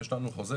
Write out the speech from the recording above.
יש לנו חוזה,